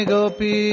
Gopi